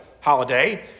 holiday